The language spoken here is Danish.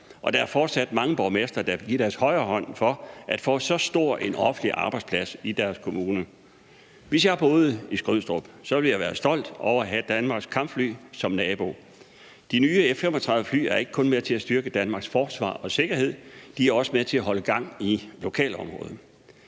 der er fortsat mange borgmestre, der ville give deres højre hånd for at få så stor en offentlig arbejdsplads i deres kommune. Hvis jeg boede i Skrydstrup, ville jeg være stolt over at have Danmarks kampfly som nabo. De nye F-35-fly er ikke kun med til at styrke Danmarks forsvar og sikkerhed; det er også med til at holde gang i lokalområdet.